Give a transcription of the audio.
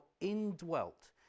indwelt